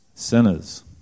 Sinners